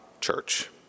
church